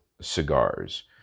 cigars